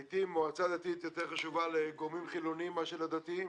לעתים מועצה דתית חשובה יותר לגורמים חילוניים מאשר לדתיים.